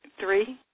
Three